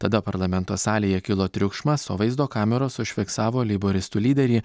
tada parlamento salėje kilo triukšmas o vaizdo kameros užfiksavo leiboristų lyderį